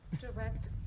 direct